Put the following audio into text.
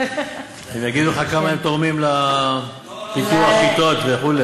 הם יגידו לך כמה הם תורמים לטיפוח כיתות וכו'.